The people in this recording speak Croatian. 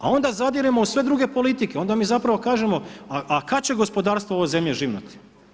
A onda zadiremo u sve druge politike, onda mi zapravo kažemo a kada će gospodarstvo ove zemlje živnuti?